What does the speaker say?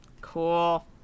cool